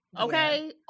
okay